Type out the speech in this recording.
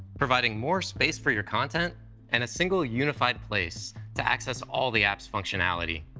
providing more space for your content and a single unified place to access all the app's functionality.